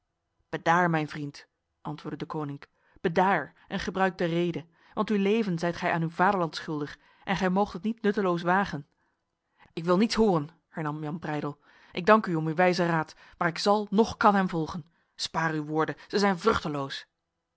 bedaar mijn vriend antwoordde deconinck bedaar en gebruik de rede want uw leven zijt gij aan uw vaderland schuldig en gij moogt het niet nutteloos wagen ik wil niets horen hernam jan breydel ik dank u om uw wijze raad maar ik zal noch kan hem volgen spaar uw woorden ze zijn